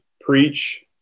preach